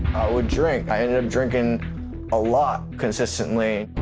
would drink. i ended up drinking a lot, consistently.